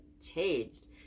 changed